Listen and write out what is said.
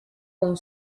con